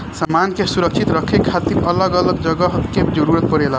सामान के सुरक्षित रखे खातिर अलग अलग जगह के जरूरत पड़ेला